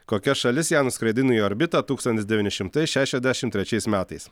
kokia šalis ją nuskraidino į orbitą tūkstantis devyni šimtai šešiasdešimt trečiais metais